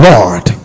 Lord